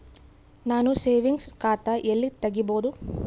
ನಾನು ಸೇವಿಂಗ್ಸ್ ಖಾತಾ ಎಲ್ಲಿ ತಗಿಬೋದು?